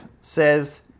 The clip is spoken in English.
says